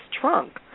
trunk